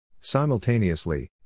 Simultaneously